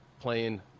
playing